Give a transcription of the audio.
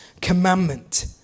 commandment